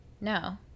No